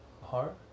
heart